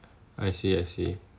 I see I see